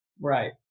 Right